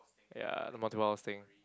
ya the thing